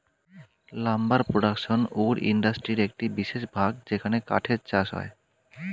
lumber production wood ইন্ডাস্ট্রির একটি বিশেষ ভাগ যেখানে কাঠের চাষ হয়